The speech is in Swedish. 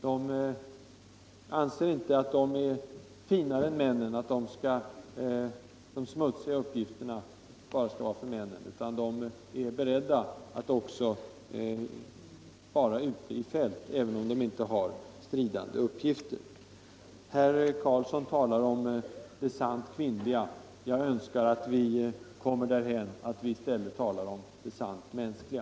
De anser inte att de är finare än männen eller att de smutsiga uppgifterna bara skall vara männens, utan de är också beredda att vara ute i fält, även om de inte har stridande uppgifter. Herr Carlsson talade om det sant kvinnliga. Jag önskar att vi kommer därhän att vi i stället talar om det sant mänskliga.